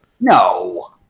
No